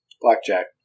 Blackjack